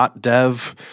.dev